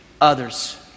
others